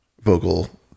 vocal